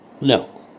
No